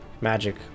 magic